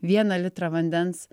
vieną litrą vandens